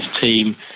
team